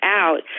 out